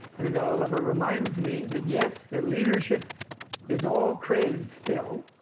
and the dalai lama reminds me that, yes, the leadership is all crazed still,